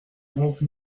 onze